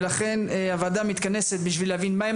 ולכן הוועדה מתכנסת בשביל להבין מה הם